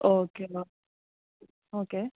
okay okay